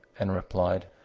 and replied,